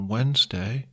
Wednesday